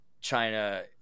China